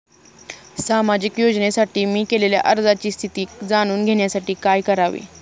सामाजिक योजनेसाठी मी केलेल्या अर्जाची स्थिती जाणून घेण्यासाठी काय करावे?